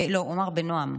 לא, הוא אמר בנועם.